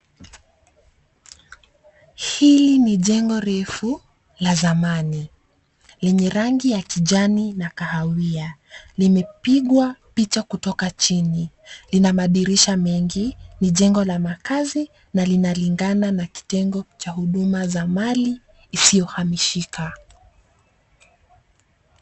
Hili ni jengo refu la zamani yenye rangi ya kijani na kahawia. Limepigwa picha kutoka chini. Lina madirisha mengi. Ni jengo la makazi na linalingana na kitengo cha huduma za mali isiyohamishika.